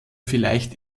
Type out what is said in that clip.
vielleicht